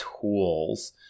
tools